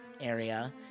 area